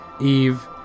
Eve